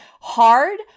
hard